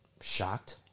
shocked